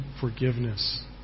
forgiveness